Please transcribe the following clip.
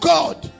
God